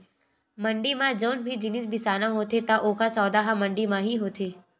मंड़ी म जउन भी जिनिस बिसाना होथे त ओकर सौदा ह मंडी म ही होथे